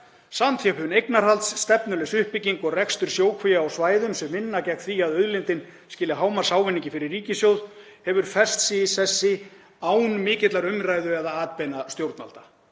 „Samþjöppun eignarhalds, stefnulaus uppbygging og rekstur sjókvía á svæðum sem vinna gegn því að auðlindin skili hámarksávinningi fyrir ríkissjóð hefur fest sig í sessi án mikillar umræðu eða atbeina stjórnvalda.“